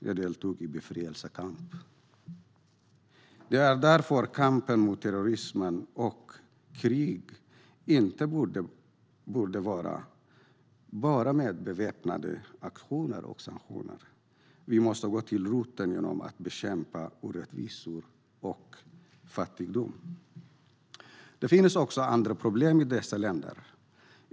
Jag deltog i befrielsekampen. Det är därför kampen mot terrorism och krig inte borde ske med bara beväpnade aktioner och sanktioner. Vi måste gå till roten genom att bekämpa orättvisor och fattigdom. Det finns också andra problem i dessa länder.